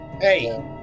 Hey